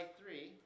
three